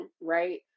right